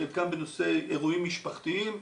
חלקן בנושא אירועים משפחתיים,